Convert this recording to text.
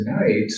tonight